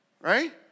Right